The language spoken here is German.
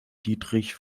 dietrich